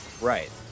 right